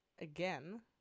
again